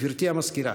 גבירתי המזכירה.